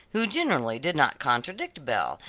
who generally did not contradict belle,